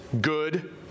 good